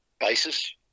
basis